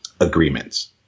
agreements